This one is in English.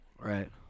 Right